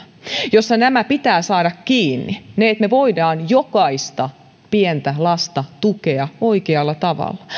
jossa nämä pitää saada kiinni niin että me voimme jokaista pientä lasta tukea oikealla tavalla